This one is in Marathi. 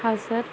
हा सर